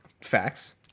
Facts